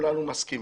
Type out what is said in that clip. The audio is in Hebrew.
כולנו מסכימים.